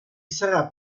sarà